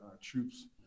troops